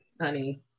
honey